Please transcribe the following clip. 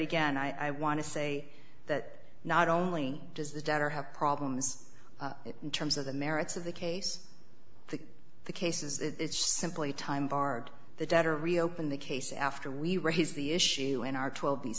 again i want to say that not only does the debtor have problems in terms of the merits of the case the the cases it's simply time barred the debtor reopen the case after we raised the issue in our twelve the